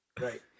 Right